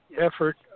effort